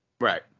Right